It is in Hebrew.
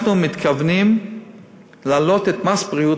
אנחנו מתכוונים להעלות את מס הבריאות